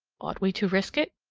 ought we to risk it?